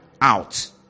out